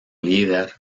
líder